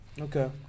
Okay